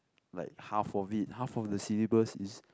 like half of it half of the syllabus is